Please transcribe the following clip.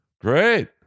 great